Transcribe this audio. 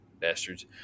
bastards